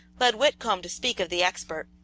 led whitcomb to speak of the expert.